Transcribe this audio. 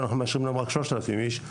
ואנחנו מאשרים להם רק 3,000 איש,